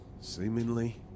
seemingly